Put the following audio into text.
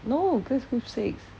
no that's group six